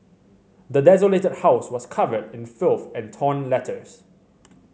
the desolated house was covered in filth and torn letters